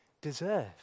deserve